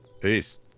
peace